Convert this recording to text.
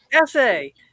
essay